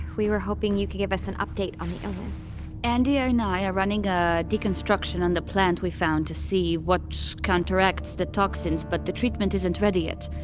we were hoping you could give us an update on the illness andi and i are running a deconstruction on the plant we found to see what counteracts the toxins, but the treatment isn't ready yet.